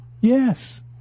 Yes